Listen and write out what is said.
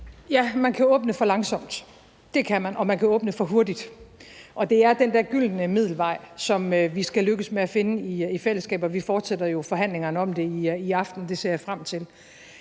Ja, man kan åbne for langsomt – det kan man – og man kan åbne for hurtigt, og det er den der gyldne middelvej, som vi skal lykkes med at finde i fællesskab, og vi fortsætter jo forhandlingerne om det i aften, og det ser jeg frem til.